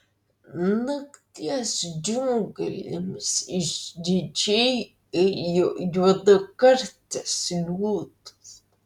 nakties džiunglėmis išdidžiai ėjo juodakartis liūtas